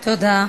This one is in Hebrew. תודה.